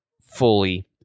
fully